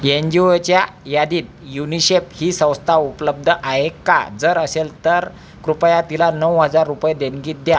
N G ओच्या यादीत UNICEF ही संस्था उपलब्ध आहे का जर असेल तर कृपया तिला नऊ हजार रुपये देणगी द्या